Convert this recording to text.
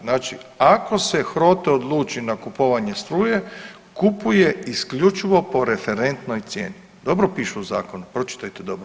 Znači ako se HROTE odluči na kupovanje struje kupuje isključivo po referentnoj cijeni, dobro piše u zakonu, pročitajte dobro.